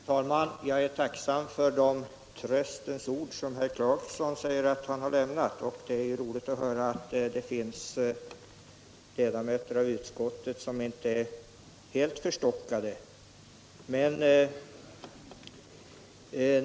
Herr talman! Jag är tacksam för de tröstens ord som herr Clarkson har riktat till mig. Det är roligt att höra att det finns ledamöter i trafikutskottet som inte är helt förstockade.